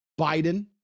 biden